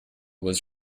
was